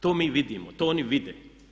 To mi vidimo, to oni vide.